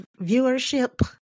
viewership